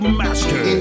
master